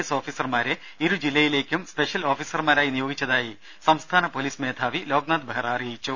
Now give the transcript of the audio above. S ഓഫീസർമാരെ ഇരു ജില്ലയിലേയ്ക്കും സ്പെഷ്യൽ ഓഫീസർമാരായി നിയോഗിച്ചതായി സംസ്ഥാന പോലീസ് മേധാവി ലോക്നാഥ് ബെഹ്റ അറിയിച്ചു